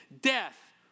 death